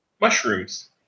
Mushrooms